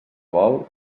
vol